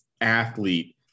athlete